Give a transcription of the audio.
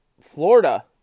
Florida